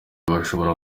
bashobora